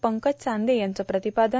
पंकज चांदे यांचं प्रतिपादन